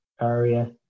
area